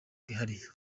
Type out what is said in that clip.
bwihariye